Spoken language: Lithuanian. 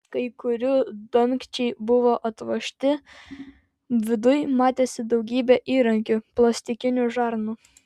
kai kurių dangčiai buvo atvožti viduj matėsi daugybė įrankių plastikinių žarnų